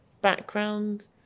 background